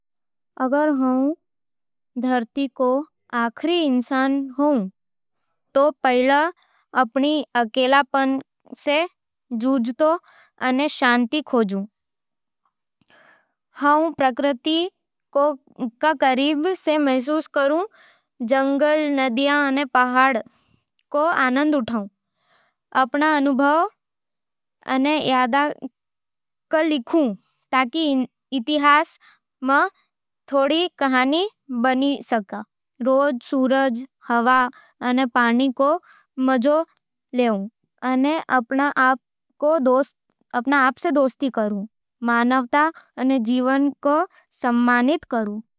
अगर मैं धरती रो आखिरी इंसान होतो, तो पहले आपणी अकेलापन सै जूझता अने शांति खोजता। हाऊ प्रकृति रो करीब सै महसूस करूँ, जंगल, नदिया अने पहाड़ां रो आनंद लेता। अपने अनुभव अने यादां ने लिखता, ताकि इतिहास में थारी कहानी बनी रहे। रोज सूरज, हवा अने पानी रो मजो लेता, अने अपने आप सै दोस्ती कर, मानवता अने जीवन रो समानित करूँ।